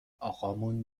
آقامون